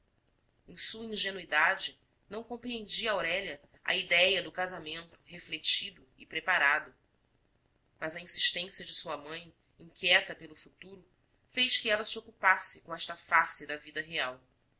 em sua ingenuidade não compreendia aurélia a idéia do casamento refletido e preparado mas a insistência de sua mãe inquieta pelo futuro fez que ela se ocupasse com esta face da vida real